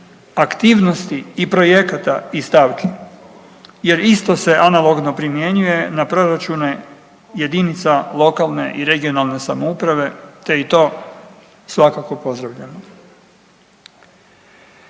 aktivnosti i projekata i stavki jer isto se analogno primjenjuje na proračune jedinica lokalne i regionalne samouprave te i to svakako pozdravljam.